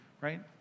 Right